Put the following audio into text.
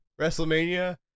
WrestleMania